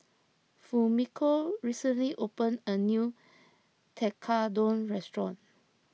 Fumiko recently opened a new Tekkadon restaurant